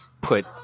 put